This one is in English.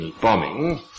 bombing